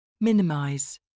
Minimize